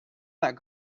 that